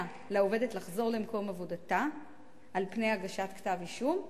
לעובדת לחזור למקום עבודתה על פני הגשת כתב אישום,